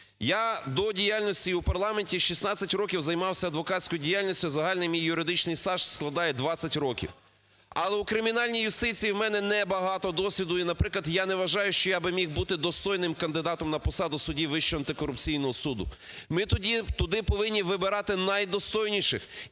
Я до діяльності у парламенті 16 років займався адвокатською діяльністю, загальний мій юридичний стаж складає 20 років. Але у кримінальній юстиції у мене небагато досвіду. І наприклад, я не вважаю, що я би міг бути достойним кандидатом на посаду судді Вищого антикорупційного суду. Ми туди повинні вибирати найдостойніших